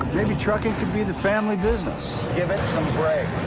maybe trucking could be the family business. give it some brake.